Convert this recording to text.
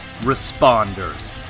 responders